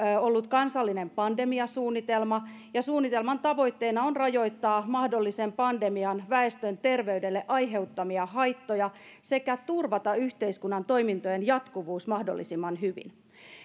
ollut kansallinen pandemiasuunnitelma ja suunnitelman tavoitteena on rajoittaa mahdollisen pandemian väestön terveydelle aiheuttamia haittoja sekä turvata yhteiskunnan toimintojen jatkuvuus mahdollisimman hyvin